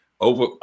over